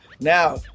Now